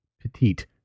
petite